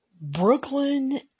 Brooklyn